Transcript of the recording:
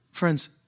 Friends